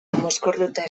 mozkortuta